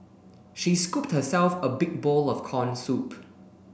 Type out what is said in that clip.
she scooped herself a big bowl of corn soup